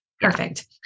Perfect